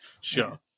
Sure